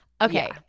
Okay